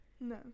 no